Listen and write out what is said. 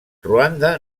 ruanda